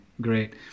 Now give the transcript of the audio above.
great